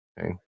Okay